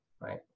right